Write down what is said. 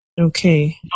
Okay